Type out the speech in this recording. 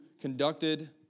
conducted